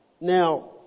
Now